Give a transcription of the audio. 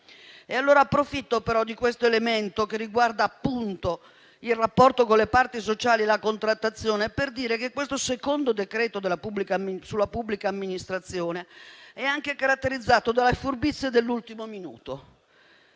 Approfitto però di questo elemento che riguarda appunto il rapporto con le parti sociali e la contrattazione per dire che questo secondo decreto-legge sulla pubblica amministrazione è anche caratterizzato dalla furbizia dell'ultimo minuto.